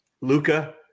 Luca